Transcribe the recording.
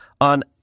on